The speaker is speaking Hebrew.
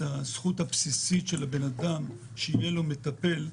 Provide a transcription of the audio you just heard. בגלל הזכות הבסיסית של אדם שיהיה לו מטפל,